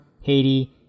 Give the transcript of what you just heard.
Haiti